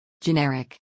Generic